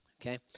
okay